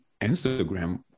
Instagram